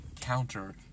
counter